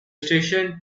station